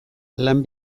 lan